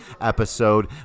episode